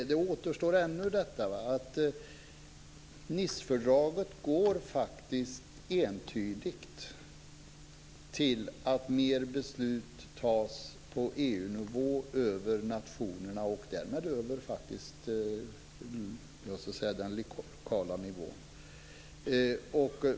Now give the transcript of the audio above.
Ännu återstår dock detta: Nicefördraget går faktiskt entydigt mot att mer beslut tas på EU nivå över nationerna och därmed över den lokala nivån.